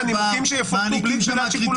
נימוקים שיפורטו בלי --- לא מעניקים שם שום דבר,